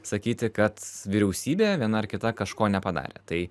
sakyti kad vyriausybė viena ar kita kažko nepadarė tai